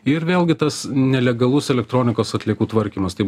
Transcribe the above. ir vėlgi tas nelegalus elektronikos atliekų tvarkymas tai